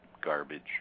garbage